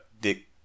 dick